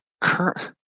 current